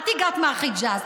את הגעת מהחיג'אז.